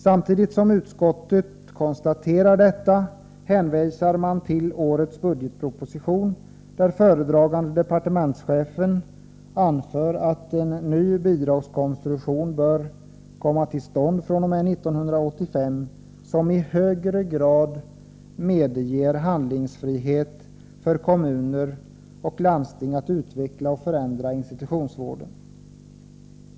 Samtidigt som utskottet konstaterar detta hänvisar man till årets budgetproposition, där föredragande departementschefen anför att en ny bidragskonstruktion bör komma till stånd fr.o.m. 1985, som i högre grad medger handlingsfrihet för kommuner och landsting när det gäller att utveckla och förändra institutionsvården.